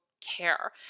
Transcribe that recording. care